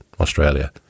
Australia